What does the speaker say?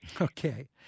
Okay